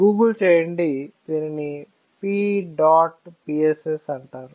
Google చేయండి దీనిని PEDOTPSS అంటారు